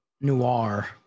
noir